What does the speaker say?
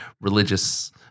religious